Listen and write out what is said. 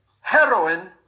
heroin